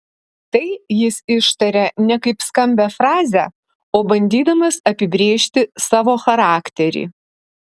tai jis ištaria ne kaip skambią frazę o bandydamas apibrėžti savo charakterį